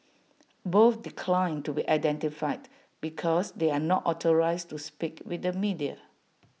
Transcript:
both declined to be identified because they are not authorised to speak with the media